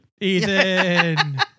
Ethan